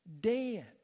Dead